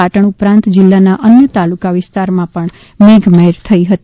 પાટણ ઉપરાંત જિલ્લાના અન્ય તાલુકા વિસ્તારમાં પણ મેઘમહેર થઈ હતી